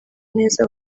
neza